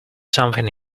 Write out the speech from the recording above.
something